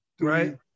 Right